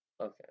Okay